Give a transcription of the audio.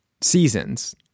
seasons